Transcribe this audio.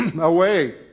away